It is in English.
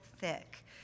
thick